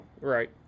right